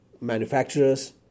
manufacturers